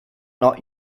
not